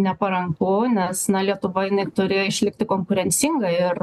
neparanku nes na lietuva jinai turi išlikti konkurencinga ir